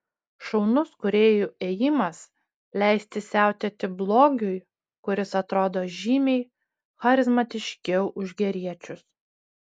šaunus kūrėjų ėjimas leisti siautėti blogiui kuris atrodo žymiai charizmatiškiau už geriečius